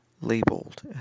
labeled